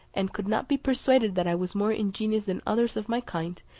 and could not be persuaded that i was more ingenious than others of my kind,